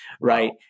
right